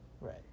Right